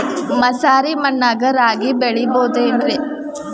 ಮಸಾರಿ ಮಣ್ಣಾಗ ರಾಗಿ ಬೆಳಿಬೊದೇನ್ರೇ?